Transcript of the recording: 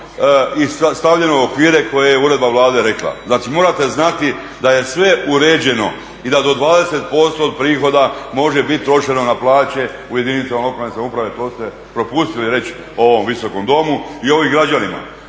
i stavljeno u okvire koje je uredba Vlade rekla. Znači morate znati da je sve uređeno i da do 20% od prihoda može biti trošeno na plaće u jedinice lokalne samouprave to ste propustili reći u ovom Visokom domu i ovim građanima.